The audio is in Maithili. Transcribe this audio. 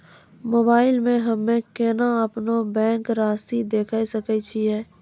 मोबाइल मे हम्मय केना अपनो बैंक रासि देखय सकय छियै?